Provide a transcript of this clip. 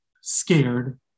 scared